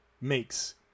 makes